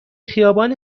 خیابان